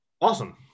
Awesome